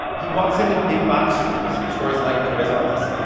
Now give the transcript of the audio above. he walks into big-box stores stores like toys r us.